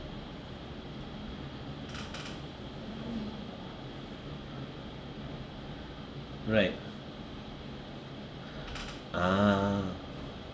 right a'ah